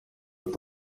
ati